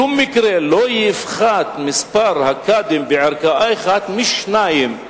בשום מקרה לא יפחת מספר הקאדים בערכאה אחת משניים.